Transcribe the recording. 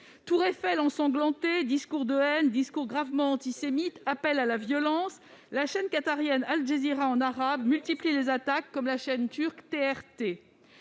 Tour Eiffel ensanglantée, discours haineux ou gravement antisémites, appels à la violence ... La chaîne qatarienne Al-Jazeera en arabe multiplie les attaques, comme la chaîne turque TRT.